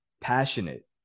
passionate